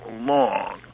long